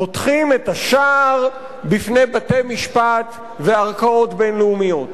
פותחים את השער בפני בתי-משפט וערכאות בין-לאומיים.